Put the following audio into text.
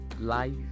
life